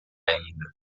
ainda